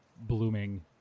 blooming